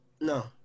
No